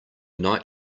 night